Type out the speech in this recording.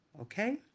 Okay